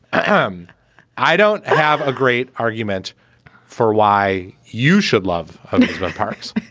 ah um i don't have a great argument for why you should love the parks.